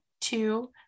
two